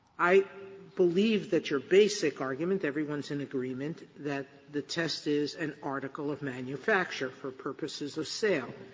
i believe that your basic argument, everyone is in agreement, that the test is an article of manufacture for purposes of sale.